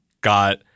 got